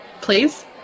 Please